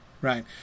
right